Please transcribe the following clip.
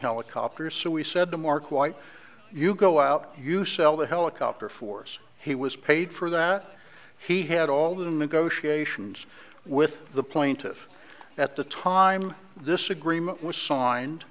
helicopters so we said them are quite you go out you sell the helicopter for us he was paid for that he had all the negotiations with the plaintiff at the time this agreement was signed